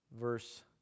verse